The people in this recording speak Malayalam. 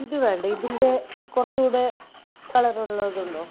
ഇത് വേണ്ട ഇതിൻ്റെ കുറച്ചുകൂടെ കളറുള്ളതുണ്ടോ